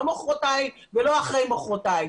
לא מחרתיים ולא אחרי מחרתיים,